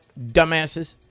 Dumbasses